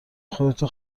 خودتو